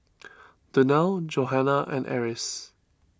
Donnell Johanna and Eris